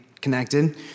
connected